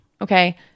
okay